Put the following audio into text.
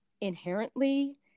inherently